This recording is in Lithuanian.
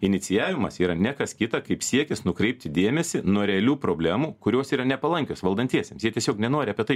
inicijavimas yra ne kas kita kaip siekis nukreipti dėmesį nuo realių problemų kurios yra nepalankios valdantiesiems jie tiesiog nenori apie tai